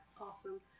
Awesome